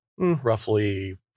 roughly